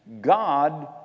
God